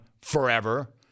forever